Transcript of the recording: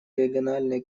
региональные